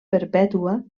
perpètua